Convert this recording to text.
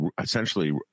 essentially